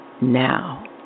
now